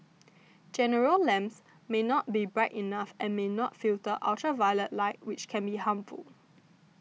general lamps may not be bright enough and may not filter ultraviolet light which can be harmful